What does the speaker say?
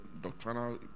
doctrinal